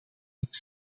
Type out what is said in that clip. moet